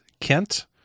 Kent